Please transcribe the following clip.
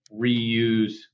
reuse